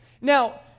Now